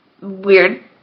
Weird